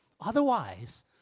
Otherwise